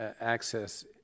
Access